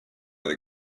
they